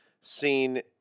seen –